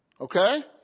Okay